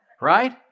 Right